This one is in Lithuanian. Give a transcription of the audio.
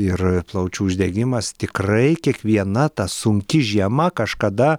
ir plaučių uždegimas tikrai kiekviena ta sunki žiema kažkada